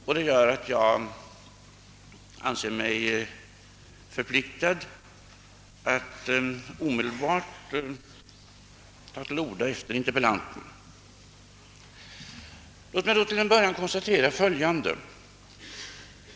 Detta gör att jag anser mig förpliktad att omedelbart efter interpellanten ta till orda. Låt mig till att börja med ställa följande frågor.